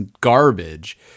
garbage